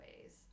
ways